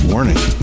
Warning